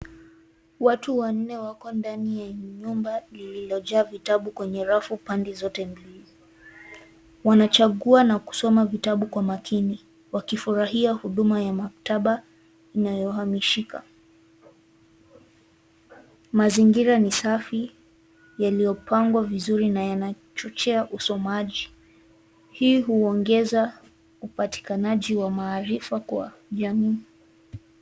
Watu wanne wako ndani ya nyumba lililojaa vitabu kwenye rafu pande zote mbili. Wanachagua na kusoma vitabu kwa makini, wakifurahia huduma ya maktaba inayohamishika. Mazingira ni safi yaliyopangwa vizuri na yanachochea usomaji. Hii huongeza upatikanaji wa maarifa kwa jamii.